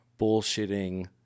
bullshitting